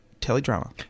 teledrama